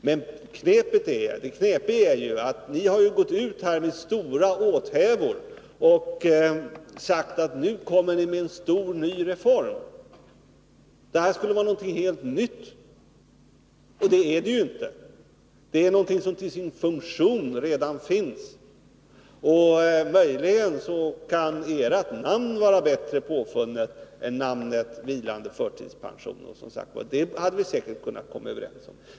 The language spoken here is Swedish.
Men det knepiga är att ni har gått ut här med stora åthävor och sagt att ni nu kommer med en ny stor reform och att detta skulle vara någonting helt nytt. Men det är det ju inte. Det är någonting som till sin funktion redan finns. Möjligen kan er benämning vara bättre än ”vilande förtidspension”, men det hade vi säkerligen kunnat komma överens om.